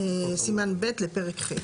סימן ב' לפרק ח'.